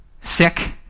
sick